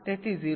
તેથી 0